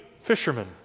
fishermen